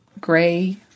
gray